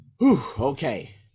Okay